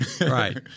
Right